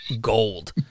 gold